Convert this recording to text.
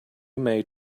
maid